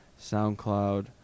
SoundCloud